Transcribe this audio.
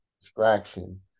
distraction